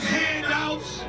handouts